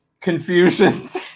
confusions